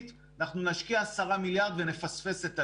אנחנו נשקיע 10 מיליארד ונפספס את הנגב.